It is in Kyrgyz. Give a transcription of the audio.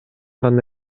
гана